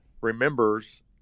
remembers